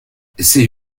ces